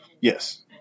Yes